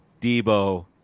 Debo